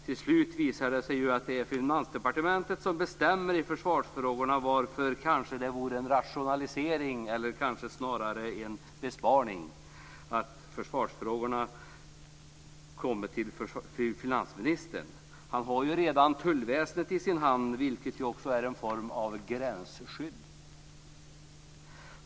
Till slut visar det sig att det är Finansdepartementet som bestämmer i försvarsfrågorna, varför det kanske vore en rationalisering eller snarare en besparing att försvarsfrågorna kom till finansministern. Han har ju redan tullväsendet i sin hand, vilket ju också är en form av gränsskydd.